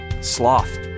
Sloth